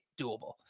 doable